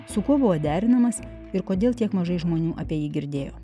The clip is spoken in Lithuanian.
su kuo buvo derinamas ir kodėl tiek mažai žmonių apie jį girdėjo